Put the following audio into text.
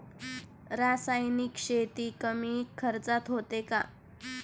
रासायनिक शेती कमी खर्चात होते का?